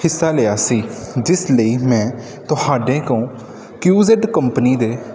ਹਿੱਸਾ ਲਿਆ ਸੀ ਜਿਸ ਲਈ ਮੈਂ ਤੁਹਾਡੇ ਤੋਂ ਕਿਊ ਜੈੱਡ ਕੰਪਨੀ ਦੇ